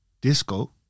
disco